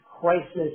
crisis